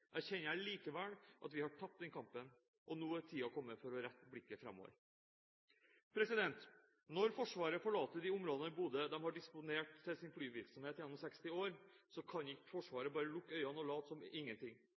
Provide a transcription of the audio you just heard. erkjenner jeg likevel at vi har tapt den kampen. Nå er tiden kommet for å rette blikket framover. Når Forsvaret forlater de områdene i Bodø de har disponert til sin flyvirksomhet gjennom 60 år, kan ikke Forsvaret bare lukke øynene og late som ingenting.